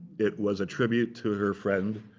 it was a tribute to her friend,